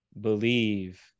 believe